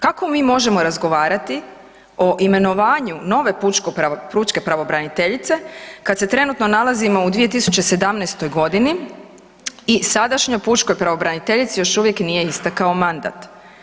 Kako mi možemo razgovarati o imenovanju nove pučke pravobraniteljice kad se trenutno nalazimo u 2017.g. i sadašnjoj pučkoj pravobraniteljici još uvijek nije istekao mandat?